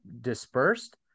dispersed